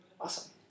Awesome